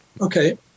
Okay